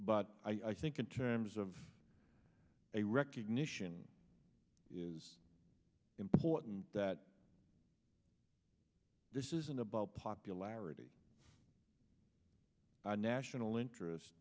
but i think in terms of a recognition is important that this isn't about popularity our national interest